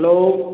hello